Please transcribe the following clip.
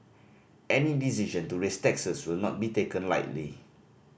any decision to raise taxes will not be taken lightly